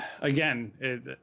again